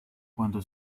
cuando